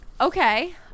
Okay